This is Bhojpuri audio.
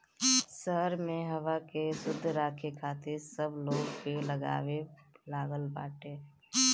शहर में हवा के शुद्ध राखे खातिर अब लोग पेड़ लगावे लागल बाटे